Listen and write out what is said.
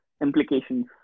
implications